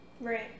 Right